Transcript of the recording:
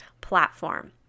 platform